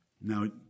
Now